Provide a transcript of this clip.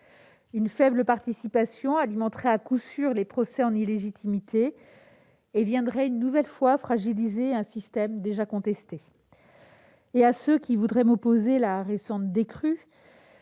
Une faible participation alimenterait à coup sûr les procès en illégitimité et viendrait une nouvelle fois fragiliser un système déjà contesté. À ceux qui voudraient m'opposer la récente décrue